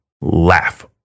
Laugh